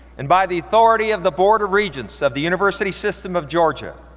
and by the authority of the board of regents of the university system of georgia,